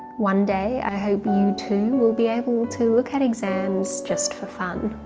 one day i hope you too will be able to look at exams just for fun.